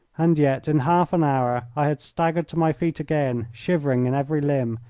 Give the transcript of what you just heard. and yet in half an hour i had staggered to my feet again, shivering in every limb,